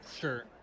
Sure